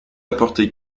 apporter